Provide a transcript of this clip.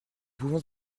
pouvons